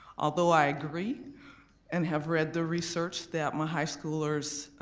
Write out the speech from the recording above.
although i agree and have read the research that my high schoolers